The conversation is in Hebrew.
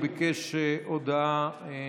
הוא ביקש הודעה אישית.